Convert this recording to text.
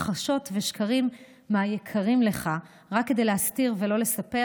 הכחשות ושקרים ליקרים לך רק כדי להסתיר ולא לספר,